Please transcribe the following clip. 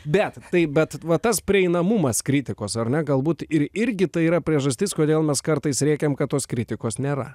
bet taip bet va tas prieinamumas kritikos ar galbūt ir irgi tai yra priežastis kodėl mes kartais rėkiam kad tos kritikos nėra